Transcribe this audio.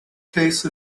case